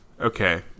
Okay